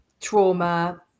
trauma